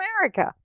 America